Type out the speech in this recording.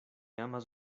amas